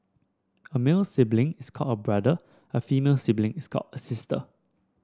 a male sibling is called a brother and a female sibling is called a sister